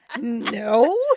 No